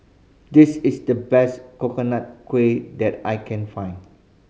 this is the best Coconut Kuih that I can find